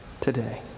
today